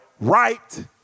right